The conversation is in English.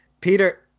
Peter